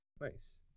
Nice